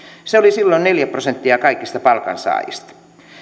se oli silloin neljä prosenttia kaikista palkansaajista